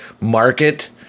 market